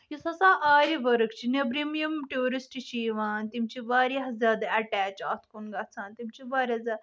یُس ہسا آرِ ؤرٕک چھِ نیبرِم یِم ٹیورسٹ چھِ یِوان تِم چھِ واریاہ زیادٕ اٹیچ اتھ کُن گژھان تِم چھِ واریاہ زیادٕ